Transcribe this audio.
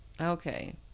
Okay